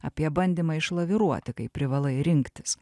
apie bandymą išlaviruoti kai privalai rinktis